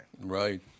Right